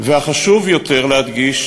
חשוב יותר להדגיש,